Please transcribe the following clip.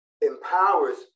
empowers